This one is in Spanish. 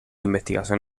investigación